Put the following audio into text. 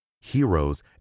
heroes